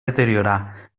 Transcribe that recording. deteriorar